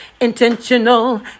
Intentional